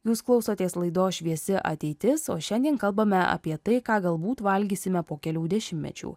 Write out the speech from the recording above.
jūs klausotės laidos šviesi ateitis o šiandien kalbame apie tai ką galbūt valgysime po kelių dešimtmečių